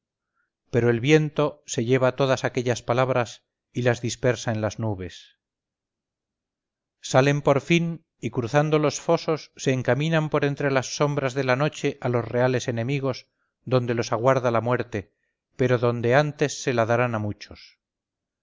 pero el viento se lleva toda aquellas palabras y las dispersa en las nubes salen por fin y cruzando los fosos se encaminan por entre las sombras de la noche a los reales enemigos donde los aguarda la muerte pero donde antes se la darán a muchos